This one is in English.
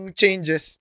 changes